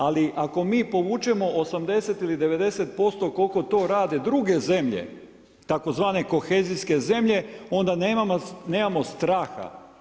Ali ako mi povučemo 80 ili 90% koliko to rade druge zemlje tzv. kohezijske zemlje onda nemamo straha.